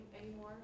anymore